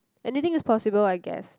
anything is possible I guess